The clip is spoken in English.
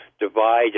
divide